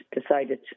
decided